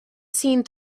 seen